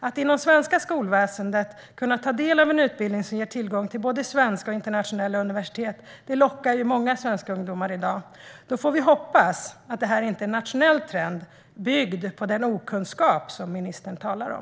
Att inom det svenska skolväsendet kunna ta del av en utbildning som ger tillgång till både svenska och internationella universitet lockar många svenska ungdomar i dag. Då får vi hoppas att detta inte är en nationell trend, byggd på den okunskap som ministern talar om.